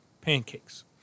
pancakes